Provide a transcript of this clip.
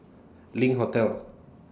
LINK Hotel